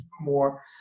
more